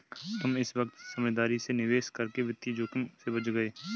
तुम इस वक्त समझदारी से निवेश करके वित्तीय जोखिम से बच गए